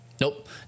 Nope